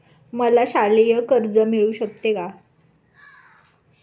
मला शालेय कर्ज मिळू शकते का?